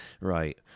Right